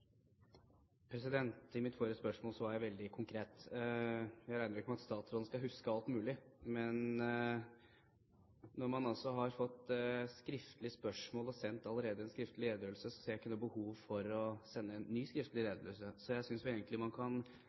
I mitt forrige spørsmål var jeg veldig konkret. Jeg regner ikke med at statsråden skal huske alt mulig, men når man altså har fått skriftlig spørsmål og allerede sendt en skriftlig redegjørelse, ser jeg ikke noe behov for en ny skriftlig redegjørelse. Så jeg synes vel egentlig man kan